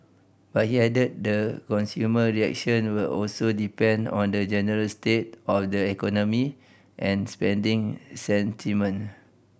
but he added that consumer reaction will also depend on the general state of the economy and spending sentiment